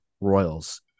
Royals